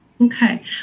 Okay